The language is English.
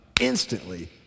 instantly